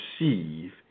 receive